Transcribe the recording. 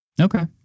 Okay